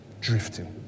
Drifting